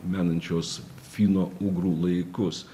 menančios fino ugrų laikus